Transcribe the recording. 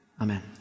amen